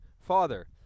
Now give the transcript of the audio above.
father